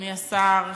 אדוני השר,